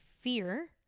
fear